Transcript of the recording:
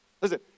Listen